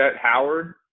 Howard